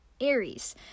Aries